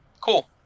Cool